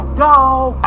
dog